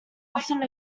often